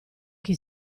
chi